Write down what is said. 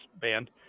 band